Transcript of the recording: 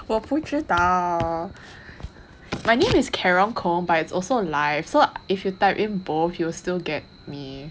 我不知道 my name is karen kong but it's also so if you type in both you'll still get me